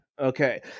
Okay